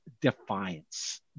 defiance